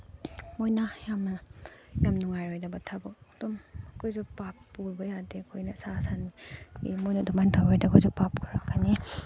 ꯃꯣꯏꯅ ꯌꯥꯝꯅ ꯌꯥꯝ ꯅꯨꯡꯉꯥꯏꯔꯣꯏꯗꯕ ꯊꯕꯛ ꯑꯗꯨꯝ ꯑꯩꯈꯣꯏꯁꯨ ꯄꯥꯞ ꯄꯨꯕ ꯌꯥꯗꯦ ꯑꯩꯈꯣꯏꯅ ꯁꯥ ꯁꯟ ꯃꯣꯏꯗ ꯑꯗꯨꯃꯥꯏꯅ ꯇꯧꯔꯗꯤ ꯑꯩꯈꯣꯏꯗ ꯄꯥꯞ ꯄꯨꯔꯛꯀꯅꯤ